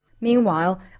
Meanwhile